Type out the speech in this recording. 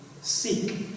Seek